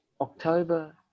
October